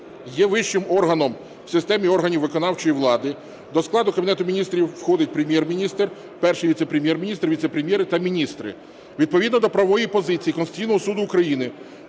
є вищим органом в системі органів виконавчої влади. До складу Кабінету Міністрів входить Прем'єр-міністр, Перший віце-прем'єр-міністр, віце-прем'єри та міністри. Відповідно до правової позиції Конституційного Суду України